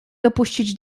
dopuścić